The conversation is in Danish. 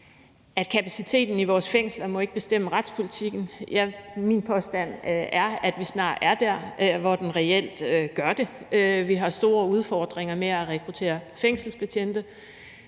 at kapaciteten i vores fængsler ikke må bestemme retspolitikken, men min påstand er, at vi snart er der, hvor den reelt gør det. Vi har store udfordringer med at rekruttere fængselsbetjente.